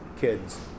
kids